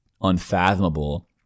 unfathomable